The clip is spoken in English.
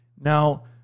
Now